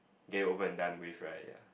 get it over and done with right ya